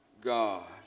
God